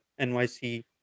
NYC